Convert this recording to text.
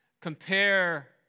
compare